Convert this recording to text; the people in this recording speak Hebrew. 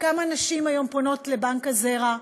כמה נשים היום פונות לבנק הזרע.